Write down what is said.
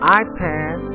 iPad